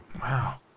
Wow